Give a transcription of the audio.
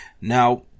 Now